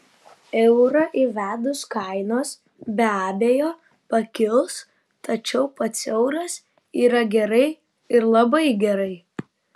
eurą įvedus kainos be abejo pakils tačiau pats euras yra gerai ir labai gerai